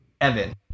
Evan